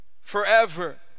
forever